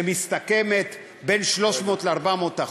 שמסתכמת ב-400%-300%?